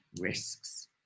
risks